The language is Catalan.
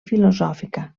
filosòfica